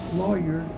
lawyer